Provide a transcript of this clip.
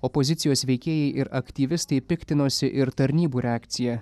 opozicijos veikėjai ir aktyvistai piktinosi ir tarnybų reakcija